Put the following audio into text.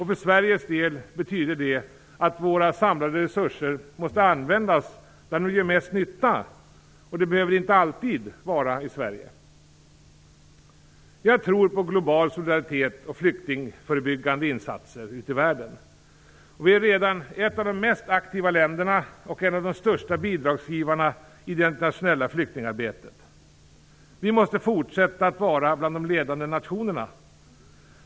För Sveriges del betyder det att våra samlade resurser måste användas där de gör mest nytta - det behöver inte alltid vara i Sverige. Jag tror på global solidaritet och flyktingförebyggande insatser ute i världen. Vi är redan ett av de mest aktiva länderna och en av de största bidragsgivarna i det internationella flyktingarbetet. Vi måste fortsätta att vara bland de ledande nationerna.